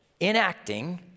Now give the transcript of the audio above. enacting